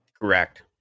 Correct